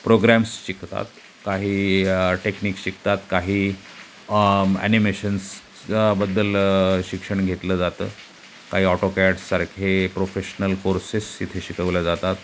programs शिकतात काही technique शिकतात काही ॲनिमेशंस बद्दल शिक्षण घेतलं जातं काई ऑटोकॅडसारखे प्रोफेशनल कोर्सेस तिथे शिकवल्या जातात